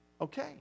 okay